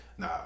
Nah